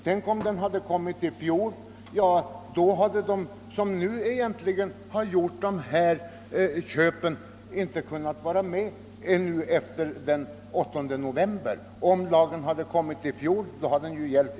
Hade den kommit i fjol hade de som nu gjort dessa köp efter den 8 november varit utestängda, eftersom lagen redan skulle ha gällt.